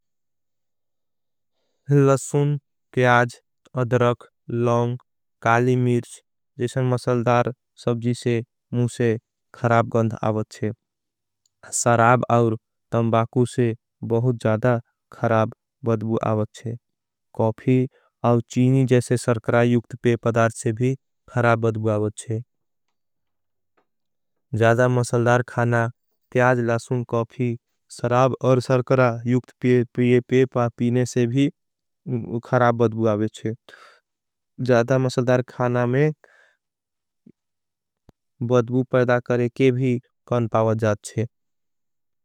लसुन, प्याज, अधरक, लोंग, काली मीर्च। जैसन मसलदार सबजी से मुझे खराब गंध। आवच्छे सराब और तमबाकू से बहुत जदा। खराब बद्भू आवच्छे जादा मसलदार खाना में। बद्भू पैदा करे के भी खराब बद्भू आवच्छे।